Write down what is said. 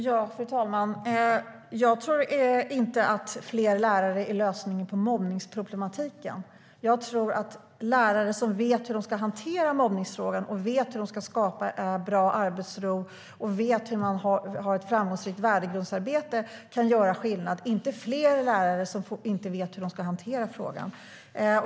STYLEREF Kantrubrik \* MERGEFORMAT Svar på interpellationerFru talman! Jag tror inte att fler lärare är lösningen på mobbningsproblematiken. Jag tror att lärare som vet hur de ska hantera mobbningsfrågan, vet hur de ska skapa bra arbetsro och vet hur man har ett framgångsrikt värdegrundsarbete kan göra skillnad - inte fler lärare som inte vet hur de ska hantera frågan.